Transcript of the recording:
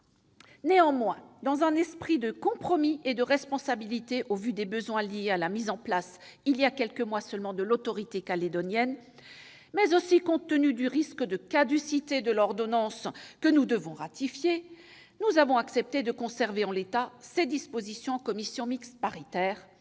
Néanmoins, dans un esprit de compromis et de responsabilité, au vu des besoins liés à la mise en place il y a quelques mois seulement de l'autorité calédonienne, mais aussi compte tenu du risque de caducité de l'ordonnance que nous devons ratifier, la commission mixte paritaire a accepté de conserver ces dispositions en l'état. Toutefois, je